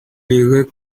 errait